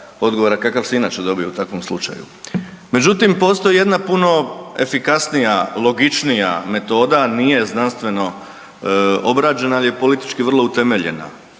odgovora kakav se inače dobije u takvom slučaju. Međutim, postoji jedna puno efikasnija i logičnija metoda, nije znanstveno obrađena, ali je politički vrlo utemeljena,